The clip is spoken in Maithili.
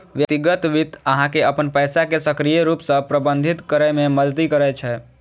व्यक्तिगत वित्त अहां के अपन पैसा कें सक्रिय रूप सं प्रबंधित करै मे मदति करै छै